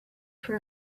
for